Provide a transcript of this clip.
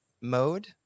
mode